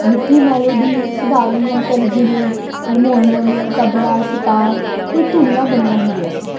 ਮਿੱਠੀ ਮੈਲੋਡੀ ਸੁਧਾਰਨ ਯੰਤਰ ਜਿਵੇਂ ਹਰਮੋਨੀਅਮ ਤਬਲਾ ਸਿਤਾਰ 'ਤੇ ਧੁਨੀਆਂ ਬਣੀਆਂ ਹੁੰਦੀਆਂ ਸਨ